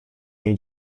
niej